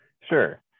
Sure